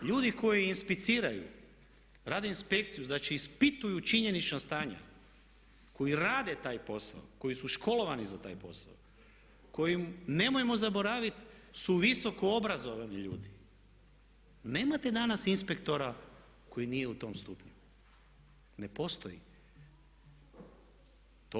Ljudi koji inspiciraju, rade inspekciju, znači ispituju činjenična stanja, koji rade taj posao, koji su školovani za taj posao, koji nemojmo zaboravit su visoko obrazovani ljudi, nemate danas inspektora koji nije u tom stupnju, ne postoji.